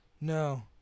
No